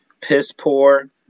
piss-poor